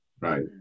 Right